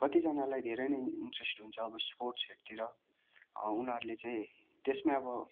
कतिजनालाई धेरै नै इन्ट्रेस्ट हुन्छ अब स्पोर्ट्सहरूतिर उनीहरूले चाहिँ त्यसमै अब